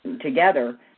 together